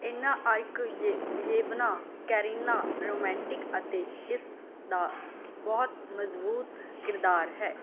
ਐਨਾ Arkadyevna Karenina romantic ਅਤੇ ਇਸ ਦਾ ਬਹੁਤ ਮਜ਼ਬੂਤ ਕਿਰਦਾਰ ਹੈ